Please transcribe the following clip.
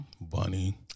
Bunny